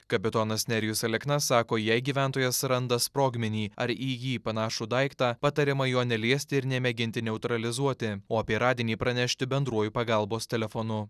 kapitonas nerijus alekna sako jei gyventojas randa sprogmenį ar į jį panašų daiktą patariama jo neliesti ir nemėginti neutralizuoti o apie radinį pranešti bendruoju pagalbos telefonu